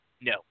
No